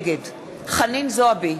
נגד חנין זועבי,